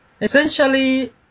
Essentially